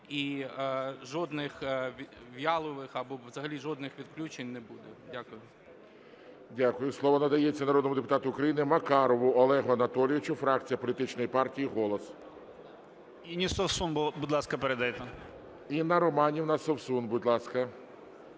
І жодних віялових або взагалі жодних відключень не буде. Дякую.